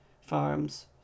farms